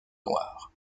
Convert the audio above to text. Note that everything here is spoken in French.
noire